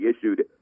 issued